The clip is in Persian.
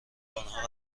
آنها